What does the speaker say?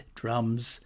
drums